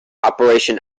operation